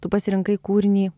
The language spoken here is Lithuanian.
tu pasirinkai kūrinį